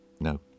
No